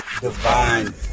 Divine